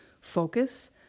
focus